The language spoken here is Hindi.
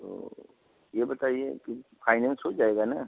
तो ये बताइए कि फाइनैंस हो जाएगा न